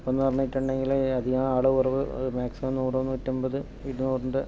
ഇപ്പോൾ എന്ന് പറഞ്ഞിട്ടുണ്ടെങ്കിൽ അധികം ആൾ കുറവ് മാക്സിമം നൂറോ നൂറ്റൻപത് ഇരുനൂറിൻറെ